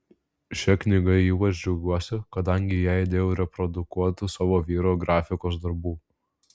šia knyga ypač džiaugiuosi kadangi į ją įdėjau reprodukuotų savo vyro grafikos darbų